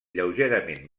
lleugerament